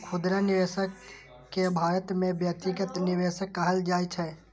खुदरा निवेशक कें भारत मे व्यक्तिगत निवेशक कहल जाइ छै